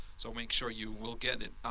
so make sure you will get it.